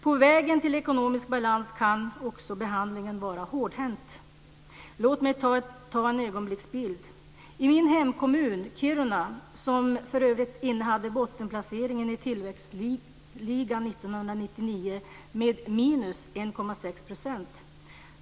På vägen till ekonomisk balans kan behandlingen vara hårdhänt. Låt mig ta en ögonblicksbild. Min hemkommun Kiruna innehade bottenplaceringen i tillväxtligan 1999 med minus 1,6 %.